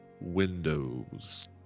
windows